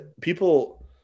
people